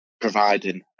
providing